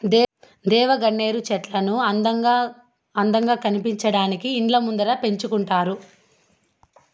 దేవగన్నేరు చెట్లను ఇండ్ల ముందర అందంగా కనిపించడానికి పెంచుకుంటారు